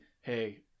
hey